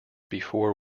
before